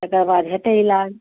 तकर बाद हेतै इलाज